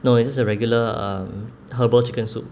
no it's just a regular um herbal chicken soup